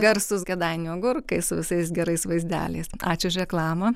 garsūs kėdainių agurkai su visais gerais vaizdeliais ačiū už reklamą